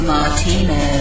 Martino